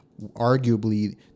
arguably